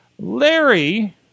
Larry